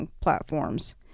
platforms